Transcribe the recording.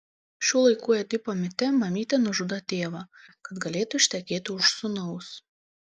šių laikų edipo mite mamytė nužudo tėvą kad galėtų ištekėti už sūnaus